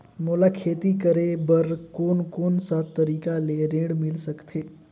मोला खेती करे बर कोन कोन सा तरीका ले ऋण मिल सकथे?